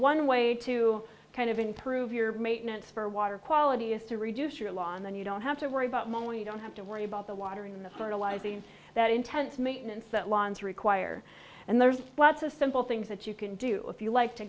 one way to kind of improve your maintenance for water quality is to reduce your lawn and you don't have to worry about money you don't have to worry about the watering the fertilizing that intense maintenance that lawns require and there's lots of simple things that you can do if you like to